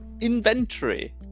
inventory